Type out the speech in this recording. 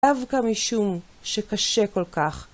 דווקא משום שקשה כל כך.